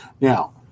Now